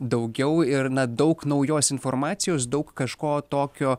daugiau ir daug naujos informacijos daug kažko tokio